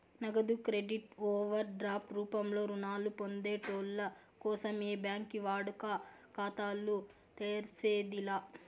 నగదు credit overdraft రూపంలో రుణాలు పొందేటోళ్ళ కోసం ఏ బ్యాంకి వాడుక ఖాతాలు తెర్సేది లా